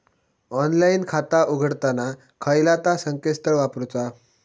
Online खाता उघडताना खयला ता संकेतस्थळ वापरूचा?